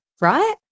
right